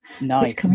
nice